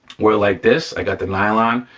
we're like this, i got the nylon,